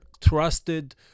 trusted